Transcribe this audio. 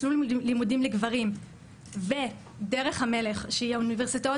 מסלול לימודים לגברים ודרך המלך שהיא האוניברסיטאות